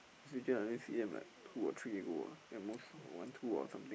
switch in until C_M like two or three ago at most one two or something